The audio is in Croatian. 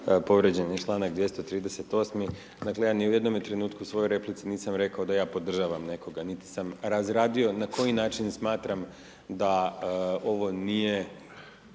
povrijeđen je čl. 238. Dakle, ja ni u jednome trenutku u svojoj replici nisam rekao da ja podržavam nekoga, niti sam razradio na koji način smatram da ovo nije,